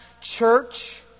church